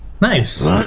Nice